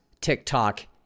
TikTok